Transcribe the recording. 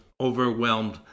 overwhelmed